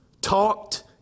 talked